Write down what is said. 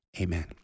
amen